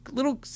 Little